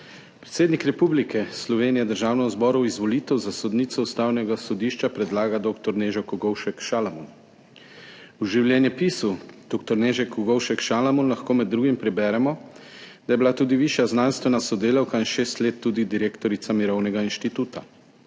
Predsednik Republike Slovenije Državnemu zboru v izvolitev za sodnico Ustavnega sodišča predlaga dr. Nežo Kogovšek Šalamon. V življenjepisu dr. Neže Kogovšek Šalamon lahko med drugim preberemo, da je bila tudi višja znanstvena sodelavka in šest let tudi direktorica Mirovnega inštituta.